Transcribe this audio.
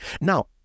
Now